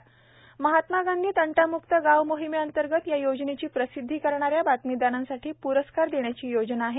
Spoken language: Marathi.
प्रवेशिका महात्मा गांधी तंटाम्क्त गाव मोहीमेंतर्गत या योजनेची प्रसिद्धी करणाऱ्या बातमीदारांसाठी प्रस्कार देण्याची योजना आहे